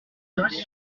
ainsi